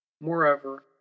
Moreover